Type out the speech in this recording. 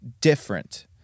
different